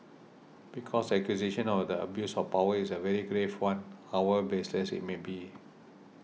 because the accusation of the abuse of power is a very grave one however baseless it may be